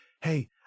hey